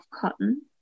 Cotton